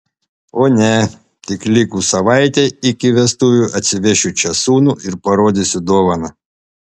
o ne tik likus savaitei iki vestuvių atsivešiu čia sūnų ir parodysiu dovaną